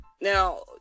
Now